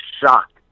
shocked